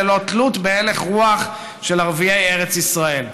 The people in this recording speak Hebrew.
ללא תלות בהלך הרוח של ערביי ארץ ישראל.